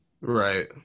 Right